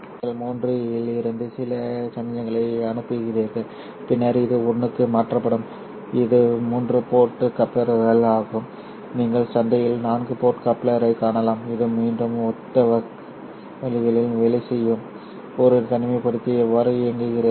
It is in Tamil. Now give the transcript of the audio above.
நிச்சயமாக நீங்கள் 3 இலிருந்து சில சமிக்ஞைகளை அனுப்புகிறீர்கள் பின்னர் இது 1 க்கு மாற்றப்படும் சரி இது 3 போர்ட் கப்ளர் ஆகும் நீங்கள் சந்தையில் 4 போர்ட் கப்ளரைக் காணலாம் இது மீண்டும் ஒத்த வழிகளில் வேலை செய்யும் சரி ஒரு தனிமைப்படுத்தி எவ்வாறு இயங்குகிறது